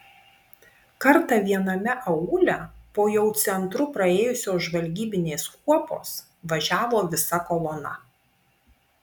kartą viename aūle po jau centru praėjusios žvalgybinės kuopos važiavo visa kolona